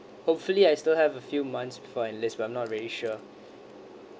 hopefully I still have a few months before I leave I'm not really sure